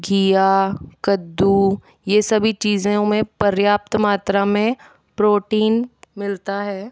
घीया कद्दू यह सभी चीज़ों में पर्याप्त मात्रा में प्रोटीन मिलता है